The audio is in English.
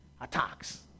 attacks